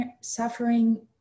suffering